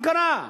מה קרה,